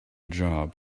job